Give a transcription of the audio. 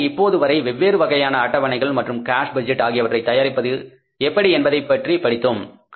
எனவே இப்போது வரை வெவ்வேறு வகையான அட்டவணைகள் மற்றும் கேஸ் பட்ஜெட் ஆகியவற்றை தயாரிப்பது எப்படி என்பதைப் பற்றி படித்தோம்